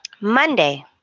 Monday